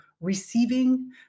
receiving